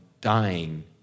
dying